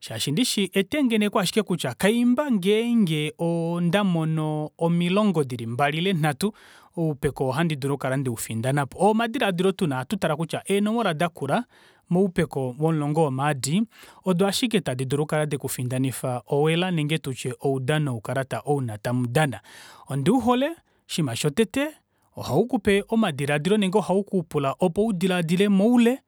shaashi ndishi etengeneko ashike kutya kaimba ngenge ondamono omilongo dili mbali ile nhatu oupeko ou ohandi dulu okukala ndeufindanapo oomadilaadilo tuna ohatutale kutya eenomola dakula moupeko vomulongo womaadi odo ashike tadi dulu okukala deku findanifa owela ile tutye oudano woukalata ouna tamudana ondivahole oshinima shotete ohavekupe omadilaadilo ile ohavekupula opo udilaadile moule